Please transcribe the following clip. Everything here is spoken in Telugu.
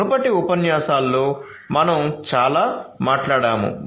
మునుపటి ఉపన్యాసాలలో మనం చాలా మాట్లాడాము